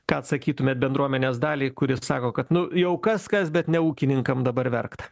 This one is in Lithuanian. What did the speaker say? ką atsakytumėt bendruomenės daliai kuri sako kad nu jau kas kas bet ne ūkininkam dabar verkt